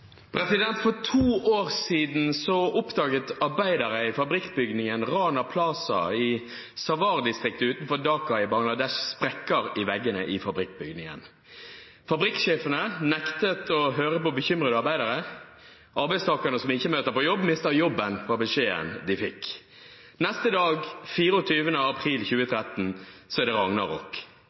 For to år siden oppdaget arbeidere i fabrikkbygningen Rana Plaza i Savar-distriktet utenfor Dhaka i Bangladesh sprekker i veggene i fabrikkbygningen. Fabrikksjefene nektet å høre på bekymrede arbeidere. Arbeidstakere som ikke møter på jobb, mister jobben, var beskjeden de fikk. Neste dag, den 24. april 2013, er det